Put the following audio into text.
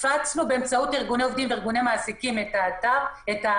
הפצנו באמצעות ארגוני עובדים וארגוני מעסיקים את החומר,